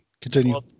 Continue